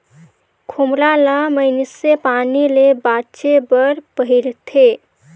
खोम्हरा ल मइनसे पानी ले बाचे बर पहिरथे